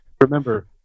Remember